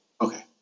Okay